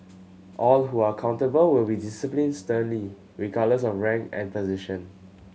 all who are accountable will be disciplined sternly regardless of rank and position